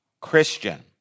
Christian